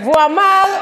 והוא אמר,